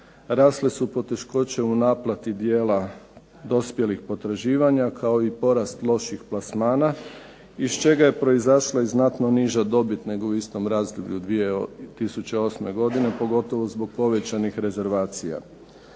rasle su poteškoće u naplati dijela dospjelih potraživanja, kao i porast loših plasmana iz čega je proizašla i znatno niža dobit nego u istom razdoblju 2008. godine, pogotovo zbog povećanih rezervacija.